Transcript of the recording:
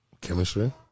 Chemistry